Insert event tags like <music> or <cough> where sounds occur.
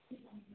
<unintelligible>